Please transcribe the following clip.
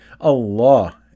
Allah